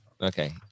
Okay